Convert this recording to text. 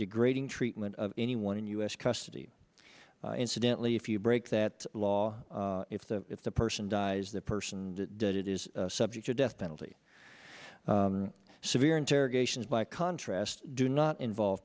degrading treatment of anyone in u s custody incidentally if you break that law if the if the person dies the person that did it is subject to death penalty severe interrogations by contrast do not involve